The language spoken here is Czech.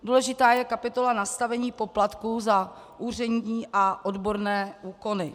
Důležitá je kapitola nastavení poplatků za úřední a odborné úkony.